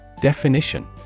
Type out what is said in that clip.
Definition